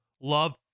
Love